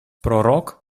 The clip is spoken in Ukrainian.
пророк